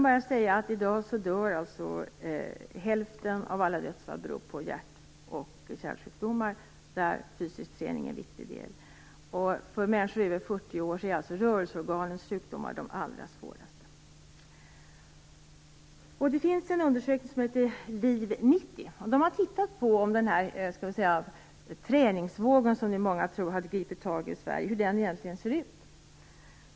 För närvarande beror hälften av alla dödsfall som inträffar på hjärt och kärlsjukdomar, för vilka fysisk träning är en viktig faktor. För människor över 40 år är rörelseorganens sjukdomar de allra svåraste. I en undersökning som heter Liv 90 har man studerat hur den träningsvåg som många tror nu har gripit tag i Sverige egentligen ser ut.